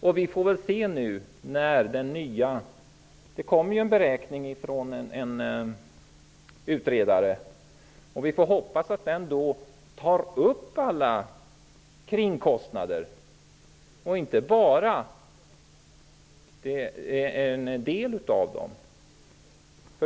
Det kommer ju nu en beräkning från en utredare, och vi får hoppas att den tar upp alla kringkostnader, inte bara en del av dem.